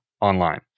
online